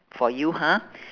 for you ha